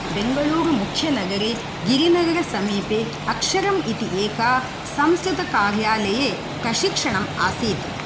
बेंगळुरुमुख्यनगरे गिरिनगरसमीपे अक्षरम् इति एका संस्कृतकार्यालये प्रशिक्षणम् आसीत्